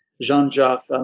Jean-Jacques